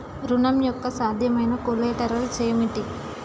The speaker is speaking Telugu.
ఋణం యొక్క సాధ్యమైన కొలేటరల్స్ ఏమిటి?